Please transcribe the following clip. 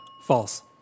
False